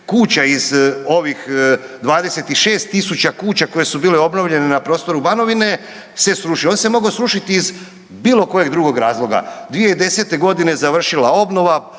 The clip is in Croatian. iz ovih 26 000 kuća koje su bile obnovljene na prostoru Banovine se srušio. On se mogao srušiti iz bilokojeg drugog razloga, 2010. završila obnova,